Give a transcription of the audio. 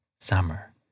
Summer